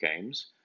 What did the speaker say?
games